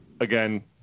again